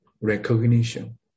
Recognition